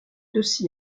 aussi